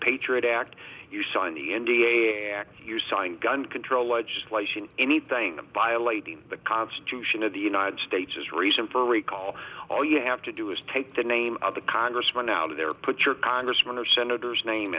patriot act you signed the n d a act you signed gun control legislation anything violating the constitution of the united states is reason for recall all you have to do is take the name of the congressman out of there put your congressman or senators name